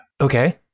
Okay